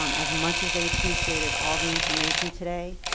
um as much as they appreciated all the information today,